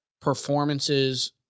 performances